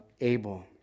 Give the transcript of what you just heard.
Abel